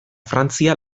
frantzia